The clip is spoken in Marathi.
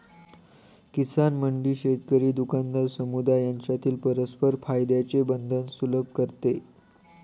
किसान मंडी शेतकरी, दुकानदार, समुदाय यांच्यातील परस्पर फायद्याचे बंधन सुलभ करते